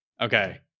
Okay